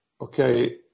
okay